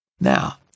Now